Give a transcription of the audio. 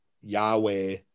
yahweh